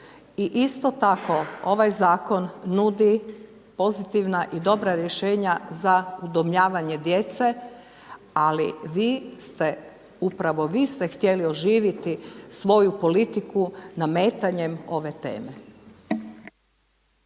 I isto tako ovaj Zakon nudi pozitivna i dobra rješenja za udomljavanje djece, ali vi ste, upravo vi ste htjeli oživiti svoju politiku nametanjem ove teme.